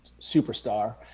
superstar